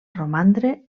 romandre